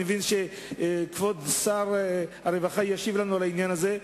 אני מבין שכבוד שר הרווחה ישיב לנו בעניין הזה,